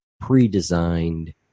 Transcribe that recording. pre-designed